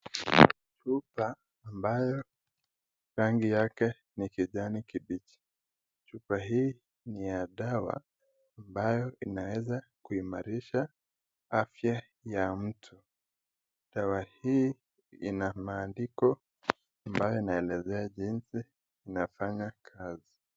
Chupa ambayo rangi yake ni kijani kibichi. Chupa hii ni ya dawa ambayo inaeza kuimarisha afya ya mtu. Dawa hii ina maandiko ambayo inaelezea jinsi inafanya kazi.